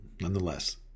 nonetheless